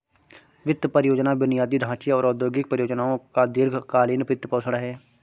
वित्त परियोजना बुनियादी ढांचे और औद्योगिक परियोजनाओं का दीर्घ कालींन वित्तपोषण है